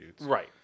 right